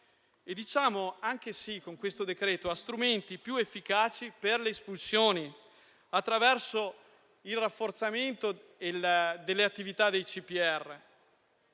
diciamo sì anche a strumenti più efficaci per le espulsioni, attraverso il rafforzamento delle attività dei CPR